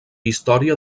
història